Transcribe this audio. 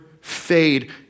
fade